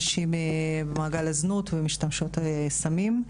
נשים במעגל הזנות ומשתמשות סמים,